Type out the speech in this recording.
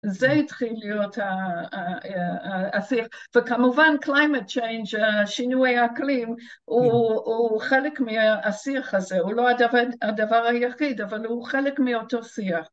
זה התחיל להיות השיח, וכמובן climate change, שינוי האקלים, הוא חלק מהשיח הזה, הוא לא הדבר היחיד, אבל הוא חלק מאותו שיח